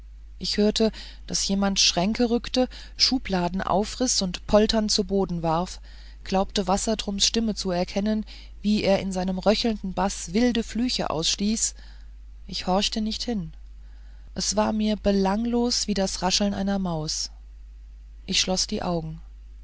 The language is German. ich hörte daß jemand schränke rückte schubladen aufriß und polternd zu boden warf glaubte wassertrums stimme zu erkennen wie er in seinem röchelnden baß wilde fluche ausstieß ich horchte nicht hin es war mir belanglos wie das rascheln einer maus ich schloß die augen